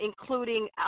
including